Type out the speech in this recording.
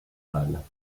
halle